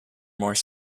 more